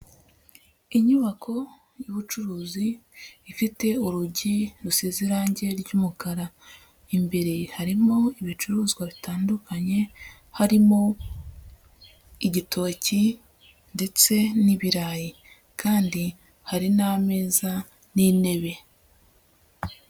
Inyubako y'ubucuruzi ifite urugi rusize irange ry'umukara, imbere harimo ibicuruzwa bitandukanye, harimo igitoki ndetse n'ibirayi kandi hari n'ameza n'intebe.